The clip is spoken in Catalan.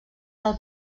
del